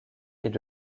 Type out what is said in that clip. est